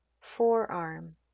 forearm